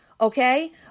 Okay